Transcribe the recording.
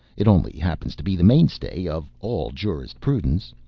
it only happens to be the mainstay of all jurisprudence.